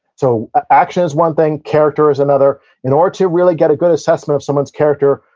so, action is one thing, character is another. in order to really get a good assessment of someone's character,